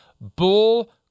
Bull